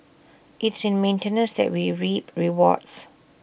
it's in maintenance that we reap rewards